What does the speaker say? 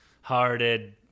hearted